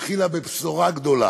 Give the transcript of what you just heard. שהתחילה בבשורה גדולה